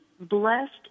blessed